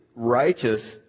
righteous